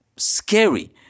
Scary